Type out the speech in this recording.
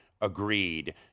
Agreed